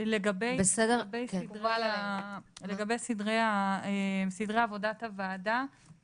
לגבי סדרי עבודת הוועדה,